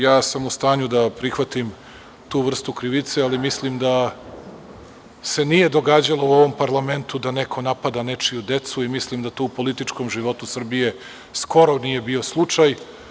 Ja sam u stanju da prihvatim tu vrstu krivice, ali mislim da se nije događalo u ovom parlamentu da neko napada nečiju decu i mislim da to u političkom životu Srbije skoro nije bio slučaj.